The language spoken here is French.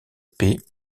paix